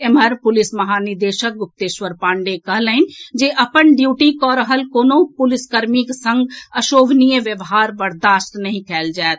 एम्हर पुलिस महानिदेशक गुप्तेश्वर पांडेय कहलनि जे अपन ड्यूटी कऽ रहल कोनहुं पुलिसकर्मीक संग अशोभनीय व्यवहार बर्दाश्त नहि कएल जाएत